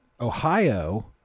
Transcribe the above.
Ohio